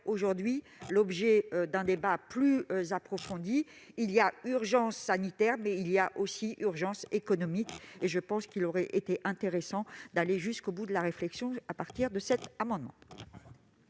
faire l'objet d'un débat plus approfondi. Il y a urgence sanitaire, mais il y a aussi urgence économique. Il aurait été intéressant d'aller au bout de la réflexion à partir de cet amendement.